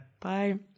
bye